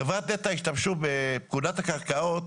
חברת נת"ע השתמשו בפקודת הקרקעות,